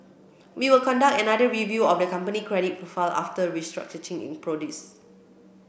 we will conduct another review of the company credit profile after the restructuring is produced